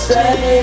Say